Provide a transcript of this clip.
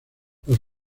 los